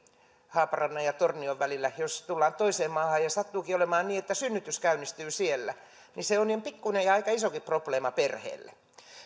haaparannan ja tornion välillä ja jos tullaan vaikkapa lomalle toiseen maahan ja sattuukin olemaan niin että synnytys käynnistyy siellä niin se on pikkuinen ja aika isokin probleema perheelle